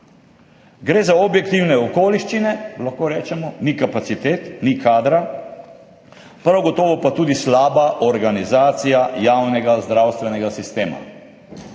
Gre za objektivne okoliščine, lahko rečemo, ni kapacitet, ni kadra, prav gotovo pa je tudi slaba organizacija javnega zdravstvenega sistema.